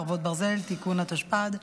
חרבות ברזל) (תיקון),